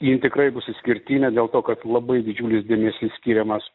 jin tikrai bus išskirtinė dėl to kad labai didžiulis dėmesys skiriamas